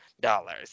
dollars